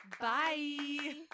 Bye